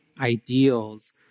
ideals